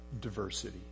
diversity